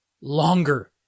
longer